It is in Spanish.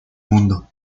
mundo